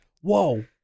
Whoa